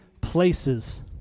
places